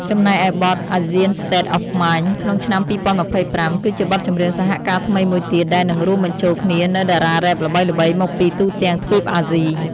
ចំណែកឯ បទ "ASIAN STATE OF MIND" ក្នុង ឆ្នាំ២០២៥ គឺជាបទចម្រៀងសហការថ្មីមួយទៀតដែលនឹងរួមបញ្ចូលគ្នានូវតារារ៉េបល្បីៗមកពីទូទាំងទ្វីបអាស៊ី។